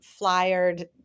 flyered